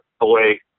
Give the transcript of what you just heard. away